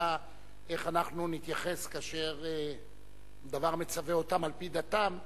והשאלה איך אנחנו נתייחס כאשר דבר מצווה אותם על-פי דתם.